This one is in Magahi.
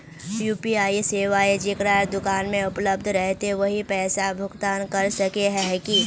यु.पी.आई सेवाएं जेकरा दुकान में उपलब्ध रहते वही पैसा भुगतान कर सके है की?